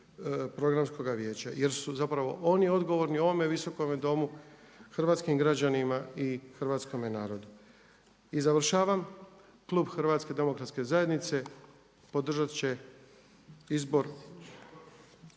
programskoga vijeća. Jer su zapravo oni odgovorni ovome visokome domu, hrvatskim građanima i hrvatskome narodu. I završavam klub HDZ-a podržat će izbor